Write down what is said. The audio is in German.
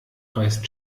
reißt